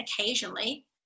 occasionally